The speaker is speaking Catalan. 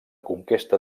conquesta